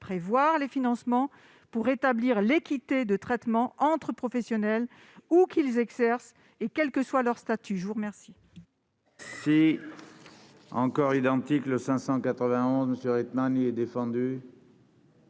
prévoir les financements, afin de rétablir l'équité de traitement entre les professionnels, où qu'ils exercent et quel que soit leur statut. La parole